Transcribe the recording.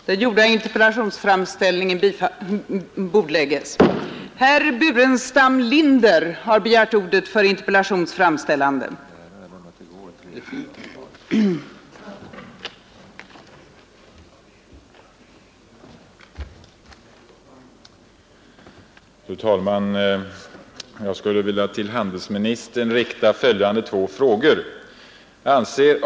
Fru talman! Det är en stor skillnad mellan de önskemål om samarbete med EEC som regeringen framställt och det samarbete som man i verkligheten tycks komma att uppnå. Detta innebär, att man har anledning att oroa sig för sysselsättningsoch utvecklingsmöjligheterna i svensk ekonomi. De utredningar som man gjort för att belysa verkningarna för Sverige av ett samgående med EEC har tagit fasta på andra och mera långtgående alternativ än det som nu öppnar sig.